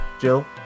Jill